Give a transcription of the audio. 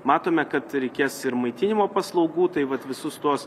matome kad reikės ir maitinimo paslaugų tai vat visus tuos